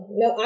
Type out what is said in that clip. no